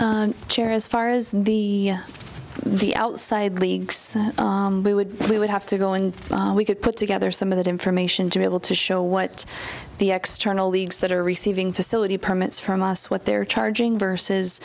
league's chair as far as the the outside leagues would we would have to go and we could put together some of that information to be able to show what the external leagues that are receiving facility permits from us what they're charging versus